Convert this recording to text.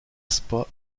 spa